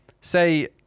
say